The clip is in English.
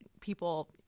people